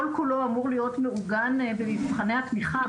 כל כולו אמור להיות מעוגן במבחני התמיכה,